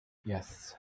yes